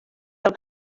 del